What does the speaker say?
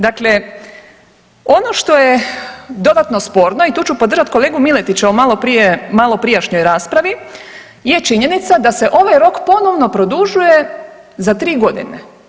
Dakle, ono što je dodatno sporno i tu ću podržati kolegu Miletića u malo prije, u malo prijašnjoj raspravi je činjenica da se ovaj rok ponovno produžuje za 3 godine.